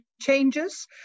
changes